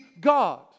God